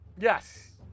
Yes